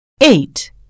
eight